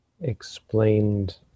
explained